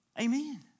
Amen